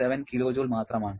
7 kJ മാത്രമാണ്